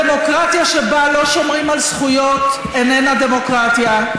דמוקרטיה שבה לא שומרים על זכויות איננה דמוקרטיה,